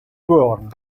born